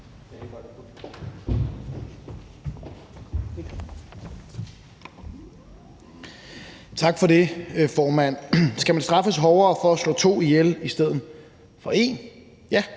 Tak for det, formand. Skal man straffes hårdt for at slå to ihjel i stedet for en? Ja,